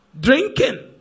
Drinking